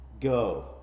go